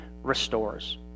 Restores